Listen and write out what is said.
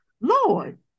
Lord